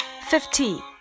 Fifty